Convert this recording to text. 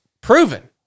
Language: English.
proven